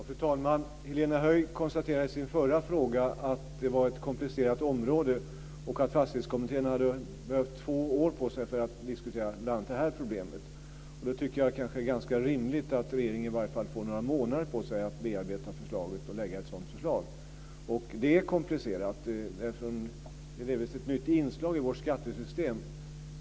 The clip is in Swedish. Fru talman! Helena Höij konstaterade i sin förra fråga att det var ett komplicerat område och att Fastighetsskattekommittén hade behövt två år på sig för att diskutera bl.a. det här problemet. Då tycker jag kanske att det är ganska rimligt att regeringen i varje fall får några månader på sig att bearbeta detta och lägga fram ett sådant förslag. Det här är komplicerat, eftersom det är ett delvis nytt inslag i vårt skattesystem.